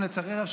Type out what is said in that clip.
לצערי הרב,